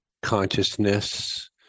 consciousness